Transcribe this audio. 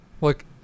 Look